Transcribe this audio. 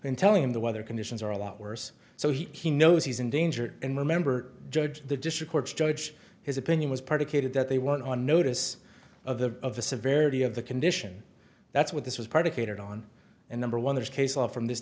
and telling him the weather conditions are a lot worse so he knows he's in danger and remember judge the district court judge his opinion was particularly that they weren't on notice of the of the severity of the condition that's what this was particularly on and number one there's case law from this